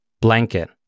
blanket